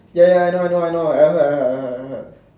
ya ya I know I know I know I heard I heard I heard